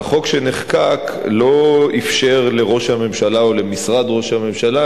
והחוק שנחקק לא אפשר לראש הממשלה או למשרד ראש הממשלה